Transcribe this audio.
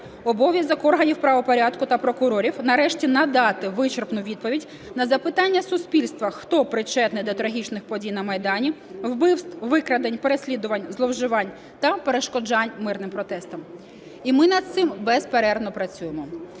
Обов'язок органів правопорядку та прокурорів нарешті надати вичерпну відповідь на запитання суспільства: хто причетний до трагічних подій на Майдані, вбивств, викрадень, переслідувань, зловживань та перешкоджань мирним протестам. І ми над цим безперервно працюємо.